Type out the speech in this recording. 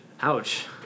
Ouch